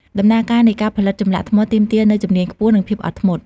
ដំណើរការនៃការផលិតចម្លាក់ថ្មទាមទារនូវជំនាញខ្ពស់ និងភាពអត់ធ្មត់។